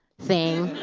thing.